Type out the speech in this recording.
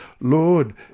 Lord